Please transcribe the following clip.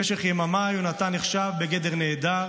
במשך יממה יונתן נחשב בגדר נעדר,